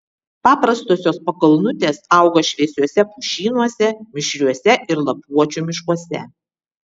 paprastosios pakalnutės auga šviesiuose pušynuose mišriuose ir lapuočių miškuose